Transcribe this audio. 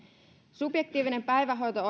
subjektiivinen päivähoito